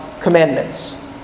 commandments